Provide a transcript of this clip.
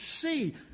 see